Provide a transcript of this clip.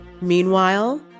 Meanwhile